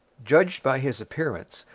judged by his appearance,